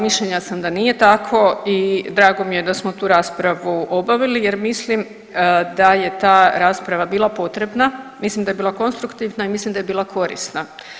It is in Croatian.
Mišljenja sam da nije tako i drago mi je da smo tu raspravu obavili jer mislim da je ta rasprava bila potrebna, mislim da je bila konstruktivna i mislim da je bila korisna.